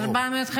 על נאור אני מדבר.